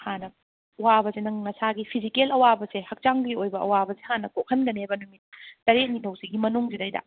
ꯍꯥꯟꯅ ꯋꯥꯕꯁꯦ ꯅꯪ ꯅꯁꯥꯒꯤ ꯐꯤꯖꯤꯀꯦꯜ ꯑꯋꯥꯕꯁꯦ ꯍꯛꯆꯥꯡꯒꯤ ꯑꯣꯏꯕ ꯑꯋꯥꯕꯁꯦ ꯍꯥꯟꯅ ꯀꯣꯛꯍꯟꯒꯅꯦꯕ ꯅꯨꯃꯤꯠ ꯇꯔꯦꯠꯅꯤ ꯐꯥꯎꯁꯤꯒꯤ ꯃꯅꯨꯡꯁꯤꯗꯩꯗ